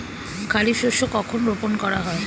খারিফ শস্য কখন রোপন করা হয়?